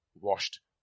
washed